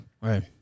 Right